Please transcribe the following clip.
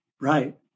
Right